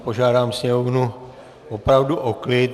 Požádám Sněmovnu opravdu o klid.